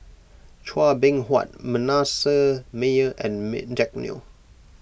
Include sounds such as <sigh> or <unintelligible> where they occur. Chua Beng Huat Manasseh Meyer and <unintelligible> Jack Neo